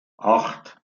acht